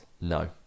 No